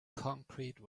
concrete